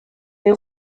des